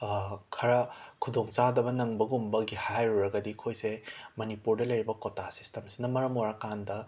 ꯈꯔ ꯈꯨꯗꯣꯡ ꯆꯥꯗꯕ ꯅꯪꯕꯒꯨꯝꯕꯒꯤ ꯍꯥꯏꯔꯨꯔꯒꯗꯤ ꯑꯩꯈꯣꯏꯁꯦ ꯃꯅꯤꯄꯨꯔꯗ ꯂꯩꯔꯤꯕ ꯀꯣꯇꯥ ꯁꯤꯁꯇꯦꯝꯁꯤꯅ ꯃꯔꯝ ꯑꯣꯏꯔꯀꯥꯟꯗ